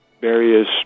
various